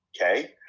okay